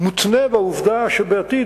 מותנה בעובדה שבעתיד,